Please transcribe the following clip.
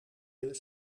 willen